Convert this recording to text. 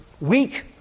weak